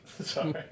Sorry